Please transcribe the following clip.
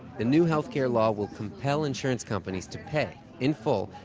the new health care law will compel insurance companies to pay, in full,